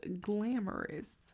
glamorous